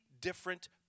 different